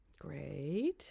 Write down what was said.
Great